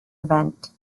event